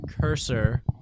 cursor